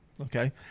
Okay